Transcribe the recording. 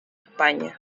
españa